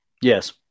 Yes